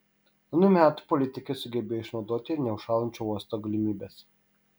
anų metų politikai sugebėjo išnaudoti neužšąlančio uosto galimybes